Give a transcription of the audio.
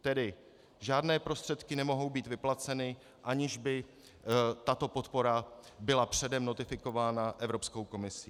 Tedy žádné prostředky nemohou být vyplaceny, aniž by tato podpora byla předem notifikována Evropskou komisí.